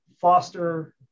foster